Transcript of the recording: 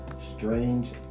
strange